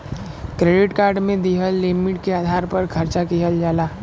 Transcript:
credit card में दिहल limit के आधार पर खर्च किहल जाला